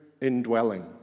indwelling